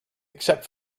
except